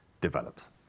develops